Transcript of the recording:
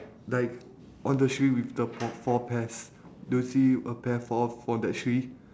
like on the tree with the four four pears do you see a pear fall off for that tree